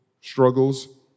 struggles